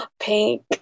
Pink